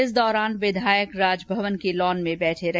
इस दौरान विधायक राजभवन के लॉन में बैठे रहे